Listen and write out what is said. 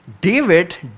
David